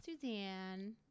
Suzanne